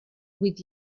with